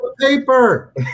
paper